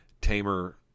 Tamer